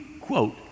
quote